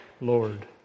Lord